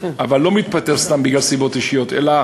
אבל לא מתפטר סתם בגלל סיבות אישיות, אלא